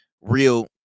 real